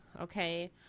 okay